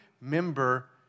member